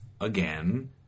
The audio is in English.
again